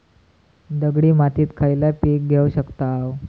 दगडी मातीत खयला पीक घेव शकताव?